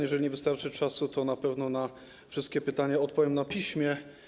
Jeżeli nie wystarczy czasu, to na pewno na wszystkie pytania odpowiem na piśmie.